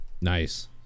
Nice